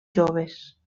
joves